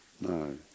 no